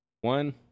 One